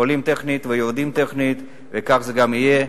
עולים טכנית ויורדים טכנית, וכך זה גם יהיה.